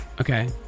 Okay